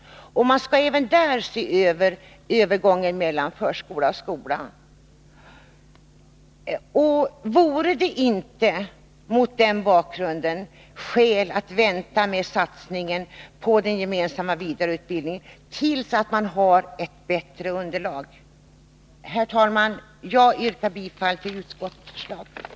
Man skall även se på övergången mellan förskola och skola. Vore det inte, mot den bakgrunden, skäl att vänta med satsningen på den gemensamma vidareutbildningen tills det finns ett bättre underlag? Herr talman! Jag yrkar bifall till utskottets hemställan.